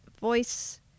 voice